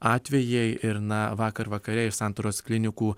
atvejai ir na vakar vakare iš santaros klinikų